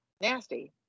nasty